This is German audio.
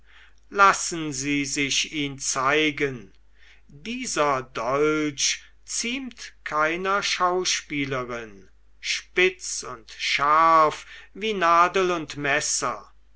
lassen sie sich ihn zeigen dieser dolch ziemt keiner schauspielerin spitz und scharf wie nadel und messer